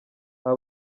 aba